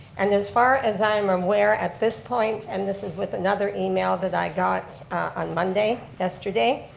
and as far as i'm aware at this point, and this is with another email that i got on monday, yesterday,